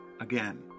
again